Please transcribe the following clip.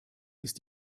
ist